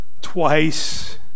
twice